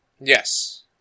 yes